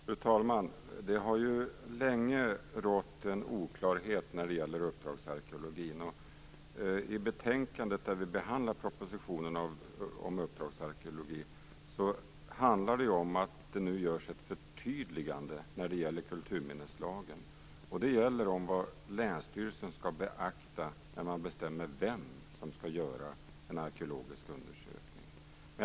Fru talman! Det har länge rått en oklarhet när det gäller uppdragsarkeologin. I det betänkande där vi behandlar propositionen om uppdragsarkeologi handlar det om att det nu görs ett förtydligande i kulturminneslagen. Det gäller vad länsstyrelsen skall beakta när man bestämmer vem som skall göra en arkeologisk undersökning.